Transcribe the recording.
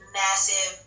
massive